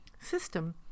system